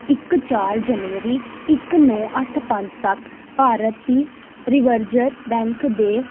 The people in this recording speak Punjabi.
ਇੱਕ ਚਾਰ ਜਨਵਰੀ ਇੱਕ ਨੌਂ ਅੱਠ ਪੰਜ ਤੱਕ ਭਾਰਤ ਦੀ ਰਿਵਰਜਰ ਬੈਂਕ ਦੇ